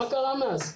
מה קרה מאז?